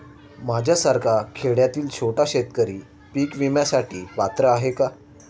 माझ्यासारखा खेड्यातील छोटा शेतकरी पीक विम्यासाठी पात्र आहे का?